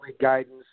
guidance